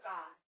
God